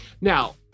Now